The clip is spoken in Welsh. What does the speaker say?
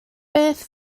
beth